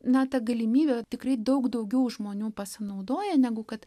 na ta galimybe tikrai daug daugiau žmonių pasinaudoja negu kad